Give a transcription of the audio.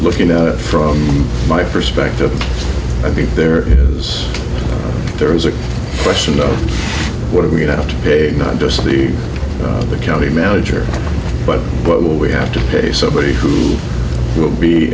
looking at it from my perspective i think there is there is a question of what are we going to have to pay not just be the county manager but what will we have to pay somebody who will be